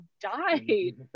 died